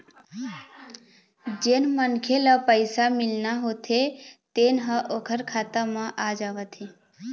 जेन मनखे ल पइसा मिलना होथे तेन ह ओखर खाता म आ जावत हे